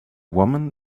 woman